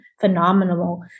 phenomenal